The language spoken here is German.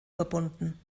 verbunden